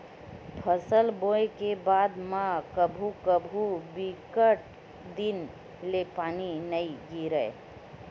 फसल बोये के बाद म कभू कभू बिकट दिन ले पानी नइ गिरय